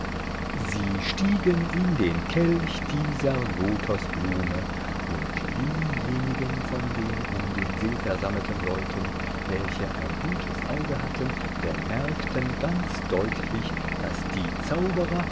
sie stiegen in den kelch dieser lotosblume und diejenigen von den um den see versammelten leuten welche ein gutes auge hatten bemerkten ganz deutlich daß die zauberer